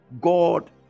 god